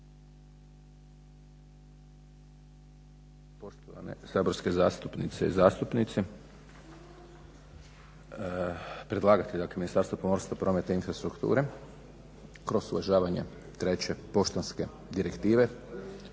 poštovane saborske zastupnice i zastupnici. Predlagatelj dakle Ministarstvo pomorstva, prometa i infrastrukture kroz uvažavanje treće poštanske direktive